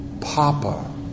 Papa